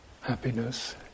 happiness